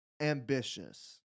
ambitious